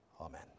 Amen